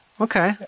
Okay